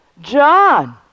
John